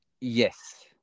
Yes